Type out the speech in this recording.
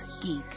geek